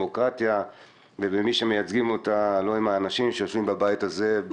בדמוקרטיה ובמי שמייצגים אותה הלא הם האנשים שיושבים בבית הזה.